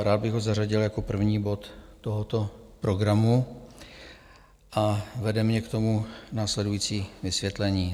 Rád bych ho zařadil jako první bod tohoto programu a vede mě k tomu následující vysvětlení.